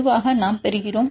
பொதுவாக நாம் பெறுகிறோம்